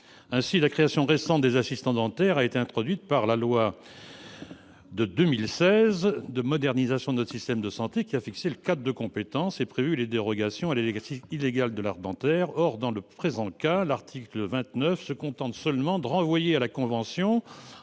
Ainsi, la création récente des assistants dentaires a été introduite par la loi de 2016 de modernisation de notre système de santé, qui a fixé le cadre de compétences et prévu les dérogations à l'exercice illégal de l'art dentaire. Or, dans le cas présent, l'article 29 se contente de renvoyer à une convention